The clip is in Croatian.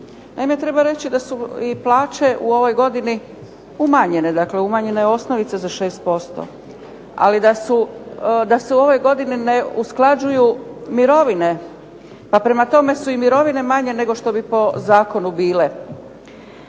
Naime, treba reći da su i plaće u ovoj godini umanjene. Dakle, umanjene osnovice za 6%. Ali da se ove godine ne usklađuju mirovine pa prema tome su i mirovine manje nego što bi po zakonu bile.